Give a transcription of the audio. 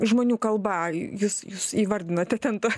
žmonių kalba jūs jūs įvardinote ten ta